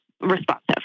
responsive